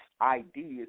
ideas